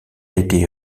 été